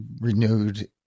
renewed